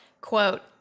quote